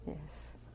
Yes